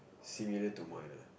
similar to mine ah